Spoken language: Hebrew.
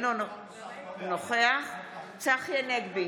אינו נוכח צחי הנגבי,